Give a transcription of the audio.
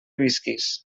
visquis